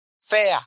fair